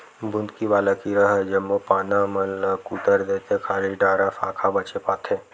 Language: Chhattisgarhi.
बुंदकी वाला कीरा ह जम्मो पाना मन ल कुतर देथे खाली डारा साखा बचे पाथे